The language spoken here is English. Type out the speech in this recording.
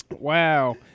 wow